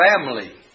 family